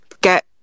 get